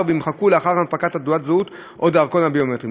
ויימחקו לאחר הנפקת תעודת הזהות או הדרכון הביומטריים.